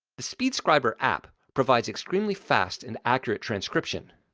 the speedscriber app provides extremely fast and accurate transcription.